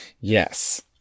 Yes